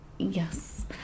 Yes